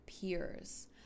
peers